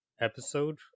episode